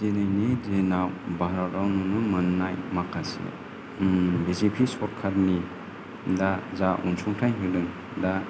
दिनैनि दिनाव भारताव नुनो मोननाय माखासे बि जे पि सरकारनि दा जा अनसुंथाय होदों दा